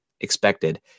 expected